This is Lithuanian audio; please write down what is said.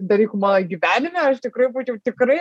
dalykų mano gyvenime aš iš tikrųjų būčiau tikrai